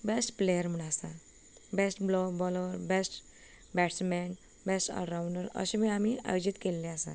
best player म्हूण आसा best bowler best batsman best all rounder अशें आमी आयोजीत केल्लें आसा